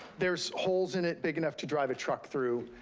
there's holes in it big enough to drive a truck through.